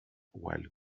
while